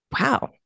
wow